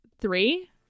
three